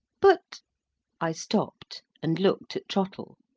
but i stopped, and looked at trottle.